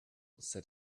said